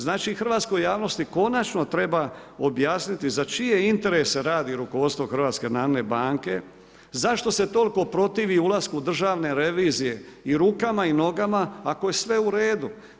Znači hrvatskoj javnosti konačno treba objasniti za čije interese radi rukovodstvo HNB, zašto se toliko protivi ulasku državne revizije i rukama i nogama, ako je sve u redu?